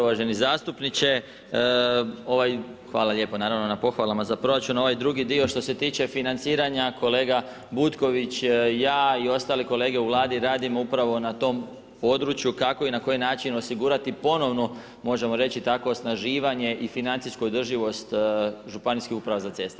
Uvaženi zastupniče, hvala lijepa naravno na pohvalama na proračun a ovaj drugi dio što se tiče financiranja, kolega Butković, ja i ostali kolege u Vladi radimo upravo na tom području kako i na koji način osigurati ponovno, možemo reći takvo osnaživanje i financijsku održivost županijskih uprava za ceste.